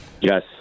Yes